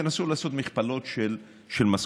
תנסו לעשות מכפלות של משכורות: